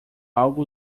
algo